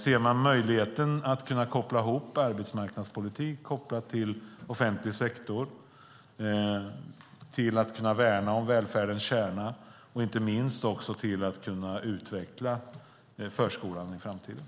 Ser man möjligheten att koppla ihop arbetsmarknadspolitik och offentlig sektor med att kunna värna välfärdens kärna och inte minst med att utveckla förskolan i framtiden?